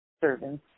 servants